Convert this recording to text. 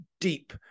deep